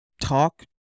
talk